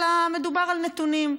אלא מדובר על נתונים.